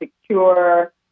secure